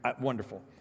Wonderful